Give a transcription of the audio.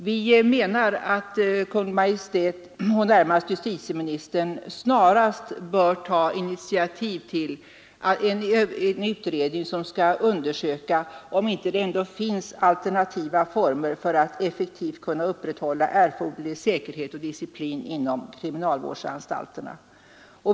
Vi menar att Kungl. Maj:t — närmast justitieministern — snarast bör ta initiativ till en utredning som skall undersöka om det ändå inte finns alternativa former för att effektivt kunna upprätthålla erforderlig säkerhet och disciplin inom kriminalvårdsanstalterna.